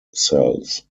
cells